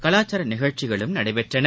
கலாச்சார நிகழ்ச்சிகளும் நடைபெற்றன